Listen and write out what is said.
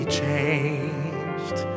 changed